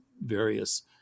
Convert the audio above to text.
various